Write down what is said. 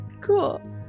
Cool